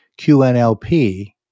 QNLP